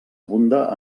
abunda